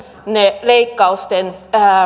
ne leikkausten